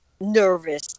nervous